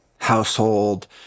household